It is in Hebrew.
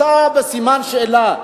אתה בסימן שאלה,